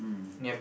mm